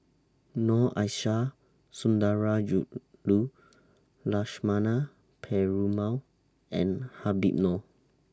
Noor Aishah Sundarajulu Lakshmana Perumal and Habib Noh